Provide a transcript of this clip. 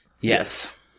Yes